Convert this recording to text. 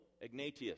Ignatius